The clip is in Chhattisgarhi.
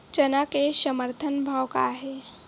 चना के समर्थन भाव का हे?